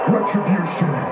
Retribution